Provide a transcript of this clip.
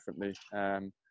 differently